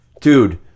dude